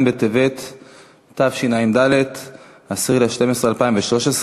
' בטבת תשע"ד, 10 בדצמבר 2013,